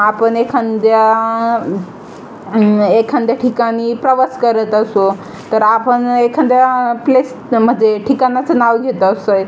आपण एखाद्या एखाद्या ठिकाणी प्रवास करत असू तर आपण एखाद्या प्लेसमध्ये ठिकाणाचं नाव घेत असतो आहे